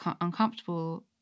uncomfortable